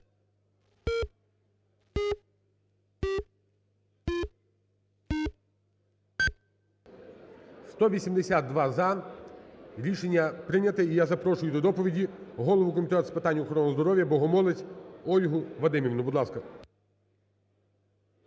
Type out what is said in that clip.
182 – за. Рішення прийняте. І я запрошую до доповіді голову Комітету з питань охорони здоров'я Богомолець Ольгу Вадимівну.